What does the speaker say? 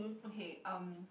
okay um